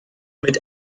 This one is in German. mit